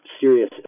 serious